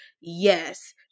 Yes